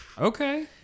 Okay